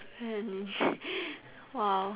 !wow!